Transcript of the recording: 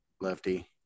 Lefty